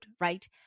right